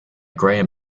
graham